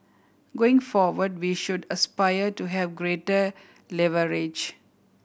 going forward we should aspire to have greater leverage